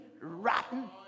rotten